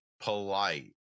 polite